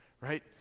right